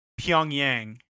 Pyongyang